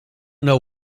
know